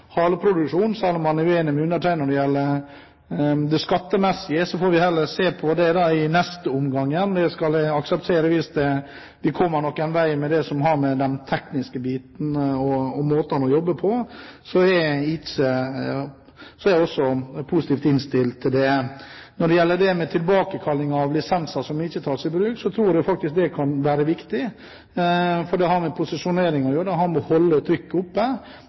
i neste omgang. Det skal jeg akseptere hvis vi kommer noen vei med det som har med den tekniske biten og måten å jobbe på å gjøre. Så jeg er positivt innstilt til det. Når det gjelder tilbakekalling av lisenser som ikke tas i bruk, tror jeg faktisk det kan være viktig, for det har med posisjonering å gjøre, det har med å holde trykket oppe, og det